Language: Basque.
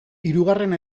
hirugarren